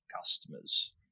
customers